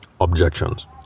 objections